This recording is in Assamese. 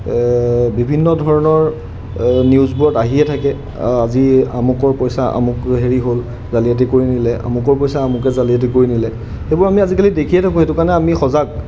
বিভিন্ন ধৰণৰ নিউজবোৰত আহিয়ে থাকে আজি আমুকৰ পইচা আমুক হেৰি হ'ল জালিয়াতি কৰি নিলে আমুকৰ পইচা আমুকে জালিয়াতি কৰি নিলে সেইবোৰ আমি আজিকালি দেখিয়ে থাকোঁ সেইটো কাৰণে আমি সজাগ